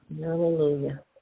Hallelujah